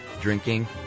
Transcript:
drinking